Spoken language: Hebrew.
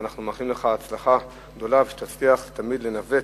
אנחנו מאחלים לך הצלחה גדולה, שתצליח תמיד לנווט,